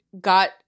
got